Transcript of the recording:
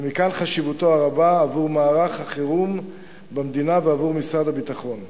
ומכאן חשיבותו הרבה עבור מערך החירום במדינה ועבור משרד הביטחון.